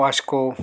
Vasco